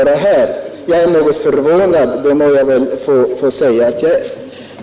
Jag är något förvånad — det må jag få säga.